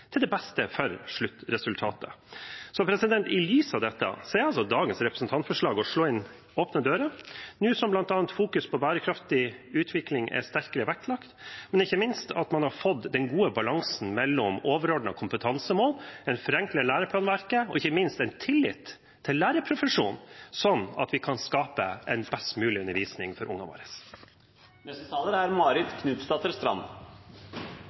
til det beste for sluttresultatet. I lys av dette er dagens representantforslag å slå inn åpne dører, nå som bl.a. fokus på bærekraftig utvikling er sterkere vektlagt, men ikke minst ved at man har fått den gode balansen mellom overordnede kompetansemål og en forenkling av læreplanverket og ikke minst en tillit til lærerprofesjonen, sånn at vi kan skape best mulig undervisning for ungene